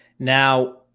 Now